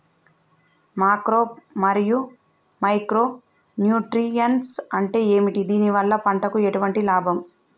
Macro మరియు micro nutrients అంటే ఏమిటి? దీనివల్ల పంటకు ఎటువంటి లాభం?